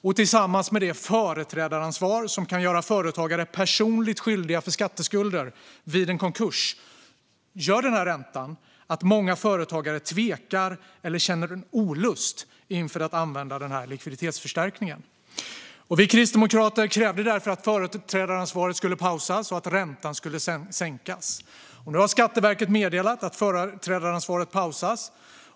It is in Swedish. Tillsammans med det företrädaransvar som kan göra företagare personligt skyldiga för skatteskulder vid en konkurs gör den räntan att många företagare tvekar eller känner olust inför att använda den likviditetsförstärkningen. Vi kristdemokrater krävde därför att företrädaransvaret skulle pausas och att räntan skulle sänkas. Nu har Skatteverket meddelat att företrädaransvaret pausas.